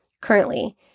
currently